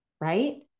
right